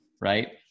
right